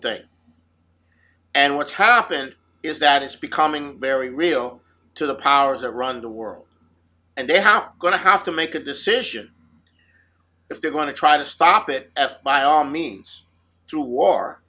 thing and what's happened is that it's becoming very real to the powers that run the world and they have not going to have to make a decision if they're going to try to stop it by all means to war